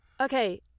okay